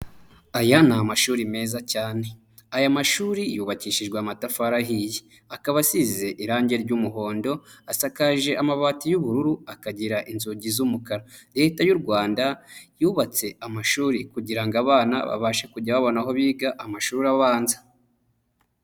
Aya ni amashuri meza cyane, aya mashuri yubakishijwe amatafarihiye, akaba asize irangi ry'umuhondo, asakaje amabati y'ubururu, akagira inzugi z'umukara. Leta y'u rwanda yubatse amashuri kugira ngo abana babashe kujya babona aho biga amashuri abanza.